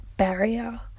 barrier